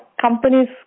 companies